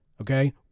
okay